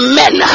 men